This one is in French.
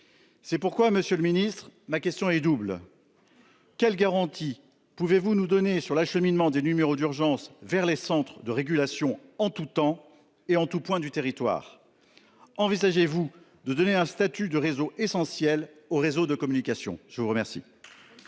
C'est pourquoi Monsieur le ministre, ma question est double. Quelles garanties pouvez-vous nous donner sur l'acheminement des numéros d'urgence vers les centres de régulation en tout temps et en tout point du territoire. Envisagez-vous de donner un statut de réseau essentiel aux réseaux de communication, je vous remercie.